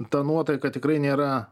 ta nuotaika tikrai nėra